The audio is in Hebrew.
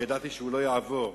כי ידעתי שזה לא יעבור.